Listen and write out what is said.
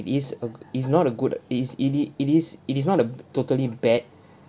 is a good is not a good is it is it is it is not a b~ totally bad